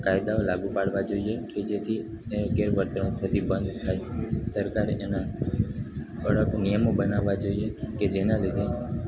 કાયદાઓ લાગુ પાડવા જોઈએ કે જેથી ને ગેરવર્તણૂક થતી બંધ થાય સરકારે એના કડક નિયમો બનાવવા જોઈએ કે જેના લીધે